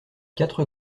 quatre